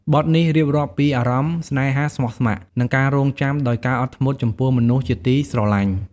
បទនេះរៀបរាប់ពីអារម្មណ៍ស្នេហាស្មោះស្ម័គ្រ និងការរង់ចាំដោយការអត់ធ្មត់ចំពោះមនុស្សជាទីស្រឡាញ់។